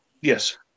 Yes